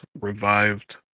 revived